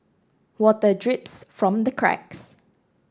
water drips from the cracks